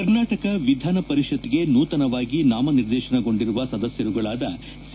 ಕರ್ನಾಟಕ ವಿಧಾನ ಪರಿಷತ್ತಿಗೆ ನೂತನವಾಗಿ ನಾಮನಿರ್ದೇಶನ ಗೊಂಡಿರುವ ಸದಸ್ಯರುಗಳಾದ ಸಿ